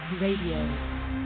Radio